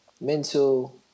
mental